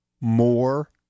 more